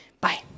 Bye